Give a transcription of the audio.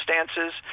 circumstances